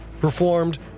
Performed